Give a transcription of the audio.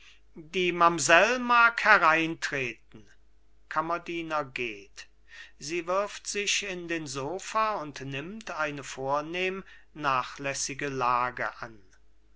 die mamsell mag hereintreten kammerdiener geht sie wirft sich in den sopha und nimmt eine vornehm nachlässige lage an